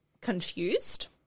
confused